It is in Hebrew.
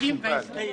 מקובל.